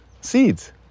seeds